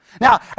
Now